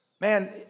Man